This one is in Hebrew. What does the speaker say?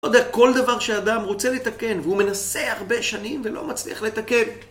לא יודע, כל דבר שאדם רוצה לתקן והוא מנסה הרבה שנים ולא מצליח לתקן.